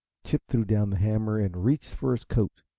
chip threw down the hammer and reached for his coat.